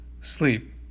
Sleep